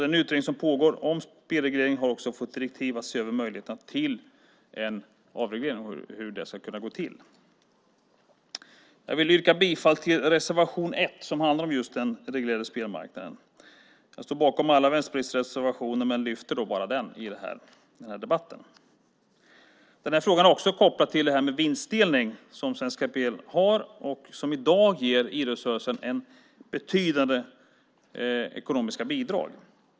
Den utredning som pågår om spelreglering har också fått direktiv att se över möjligheterna för hur en avreglering ska kunna gå till. Jag yrkar bifall till reservation 1 som just handlar om den reglerade spelmarknaden. Jag står bakom alla Vänsterpartiets reservationer men lyfter bara fram den i debatten. Frågan är också kopplad till vinstdelningen som Svenska Spel har och som i dag ger idrottsrörelsen betydande ekonomiska bidrag.